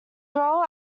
role